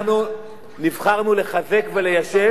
אנחנו נבחרנו לחזק וליישב,